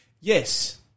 Yes